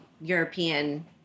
European